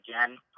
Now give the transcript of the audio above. again